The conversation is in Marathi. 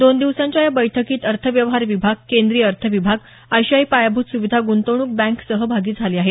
दोन दिवसांच्या या बैठकीत अर्थव्यवहार विभाग केंद्रीय अर्थ विभाग आशियायी पायाभूत सुविधा गृंतवणूक बँक सहभागी झाले आहेत